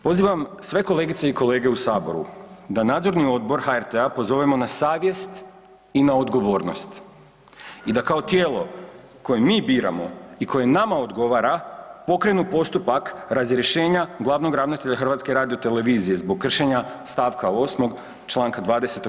Pozivam sve kolegice i kolege u saboru da nadzorni odbor HRT-a pozovemo na savjest i na odgovornost i da kao tijelo koje mi biramo i koje nama odgovara pokrenu postupak razrješenja glavnog ravnatelja HRT-a zbog kršenja st. 8. čl. 20.